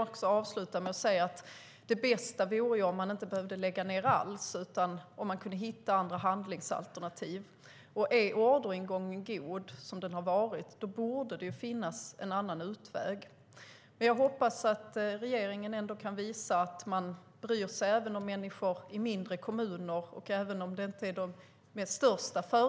Det bästa vore förstås om man inte behövde lägga ned alls utan kunde hitta andra handlingsalternativ. Om orderingången är god, vilket den har varit, borde det finnas en annan utväg. Jag hoppas att regeringen kan visa att man bryr sig om människor även i mindre kommuner och mindre företag.